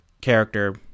character